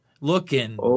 looking